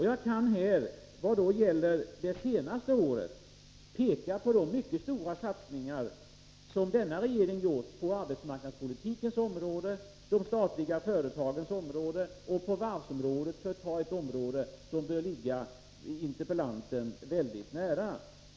Jag kan här i vad gäller det senaste året peka på de mycket stora satsningar som denna regering gjort på arbetsmarknadspolitikens område, de statliga företagens område och på varvsområdet, för att ta ett område som bör ligga interpellanten väldigt nära.